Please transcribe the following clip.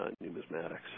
numismatics